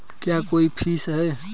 क्या कोई फीस है?